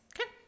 Okay